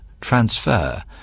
transfer